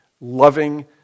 Loving